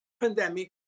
pandemic